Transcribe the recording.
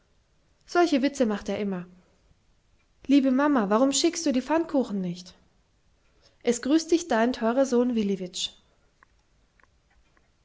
solche witze macht er immer liebe mama warum schickst du die pfannkuchen nicht es grüßt dich dein teurer sohn